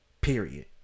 period